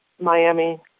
Miami